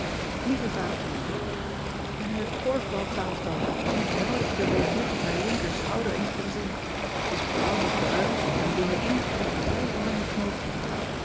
ieve adertje angbeen k ben in het orfbal twaalftal en ik wou dat je de rozet op mijn linkerschouder eens kon zien e is blauw ean ebster adertje angbeen met bruin en binnen in een klein oranje knoopje